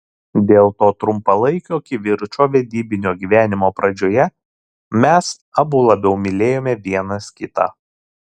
dėl to trumpalaikio kivirčo vedybinio gyvenimo pradžioje mes abu labiau mylėjome vienas kitą